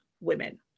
women